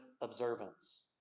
observance